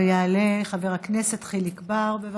יעלה חבר הכנסת חיליק בר, בבקשה.